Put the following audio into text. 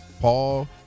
Paul